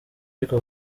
ariko